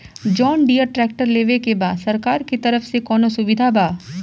John Deere tractor लेवे के बा सरकार के तरफ से कौनो सुविधा बा?